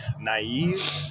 naive